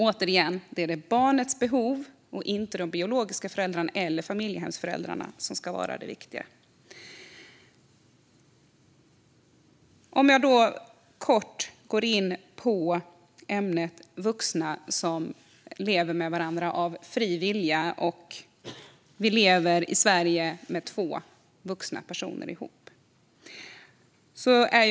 Återigen: Det är barnets behov, inte de biologiska föräldrarna eller familjehemsföräldrarna, som ska vara det viktiga. Jag ska kort gå in på ämnet vuxna som lever med varandra av fri vilja - två vuxna personer som lever ihop i Sverige.